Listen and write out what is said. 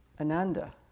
Ananda